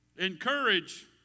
Encourage